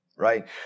right